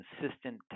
consistent